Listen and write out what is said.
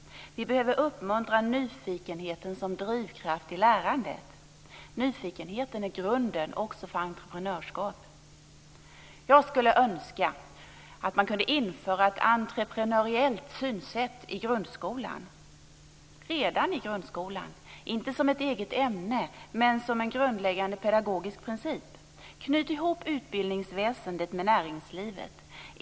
Vi behöver uppmuntra nyfikenheten som drivkraft i lärandet. Nyfikenheten är grunden också för entreprenörskap. Jag skulle önska att man kunde införa ett entreprenöriellt synsätt redan i grundskolan, inte som ett eget ämne men som en grundläggande pedagogisk princip. Knyt ihop utbildningsväsendet med näringslivet.